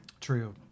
true